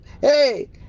hey